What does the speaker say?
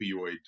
opioid